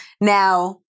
Now